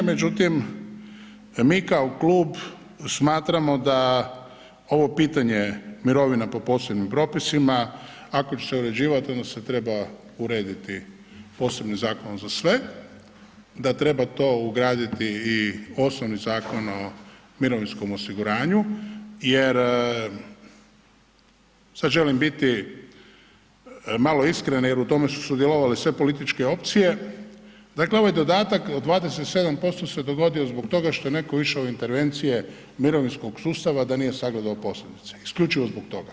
Međutim, mi kao klub smatramo da ovo pitanje mirovina po posebnim propisima ako će se uređivat onda se treba urediti posebnim zakonom za sve, da treba to ugraditi i u osnovni Zakon o mirovinskom osiguranju jer, sad želim biti malo iskren jer u tome su sudjelovale sve političke opcije, dakle ovaj dodatak od 27% se dogodio zbog toga što je neko išao u intervencije mirovinskog sustava, a da nije sagledao posljedice, isključivo zbog toga.